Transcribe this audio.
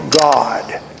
god